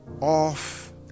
off